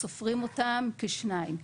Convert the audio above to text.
סופרים אותם כשניים.